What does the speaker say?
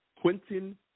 Quentin